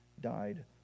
died